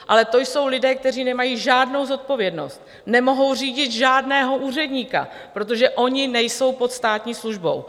Ale to jsou lidé, kteří nemají žádnou zodpovědnost, nemohou řídit žádného úředníka, protože oni nejsou pod státní službou.